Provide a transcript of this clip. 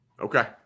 Okay